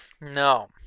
No